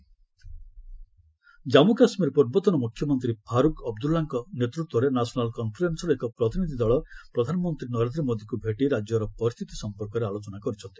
NC delegation PM Jammu Kashmir ପୂର୍ବତନ ମୁଖ୍ୟମନ୍ତ୍ରୀ ଫାରୁକ୍ ଅବଦୁଲ୍ଲାଙ୍କ ନେତୃତ୍ୱରେ ନ୍ୟାସନାଲ୍ କନ୍ଫରେନ୍ସର ଏକ ପ୍ରତିନିଧି ଦଳ ପ୍ରଧାନମନ୍ତ୍ରୀ ନରେନ୍ଦ୍ର ମୋଦିଙ୍କୁ ଭେଟି ରାଜ୍ୟର ପରିସ୍ଥିତି ସମ୍ପର୍କରେ ଆଲୋଚନା କରିଛନ୍ତି